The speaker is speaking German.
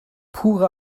pure